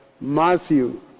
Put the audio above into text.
Matthew